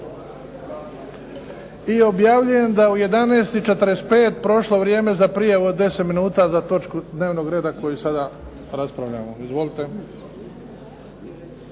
I objavljujem da je u 11,45 prošlo vrijeme za prijavu od 10 minuta za točku dnevnog reda koju sada raspravljamo. Izvolite.